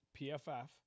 PFF